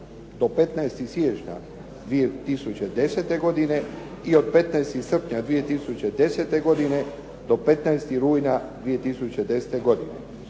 do 15. siječnja 2010. godine i od 15. srpnja 2010. do 15. rujna 2010., odnosno